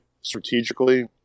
strategically